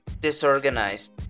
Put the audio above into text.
disorganized